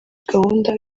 gahunda